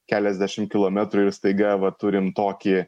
keliasdešim kilometrų ir staiga va turim tokį